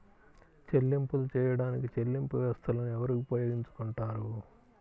చెల్లింపులు చేయడానికి చెల్లింపు వ్యవస్థలను ఎవరు ఉపయోగించుకొంటారు?